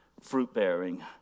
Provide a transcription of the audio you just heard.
fruit-bearing